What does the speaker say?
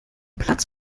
platz